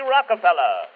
Rockefeller